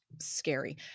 scary